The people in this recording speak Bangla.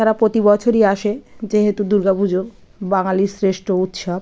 তারা প্রতি বছরই আসে যেহেতু দুর্গা পুজো বাঙালির শ্রেষ্ঠ উৎসব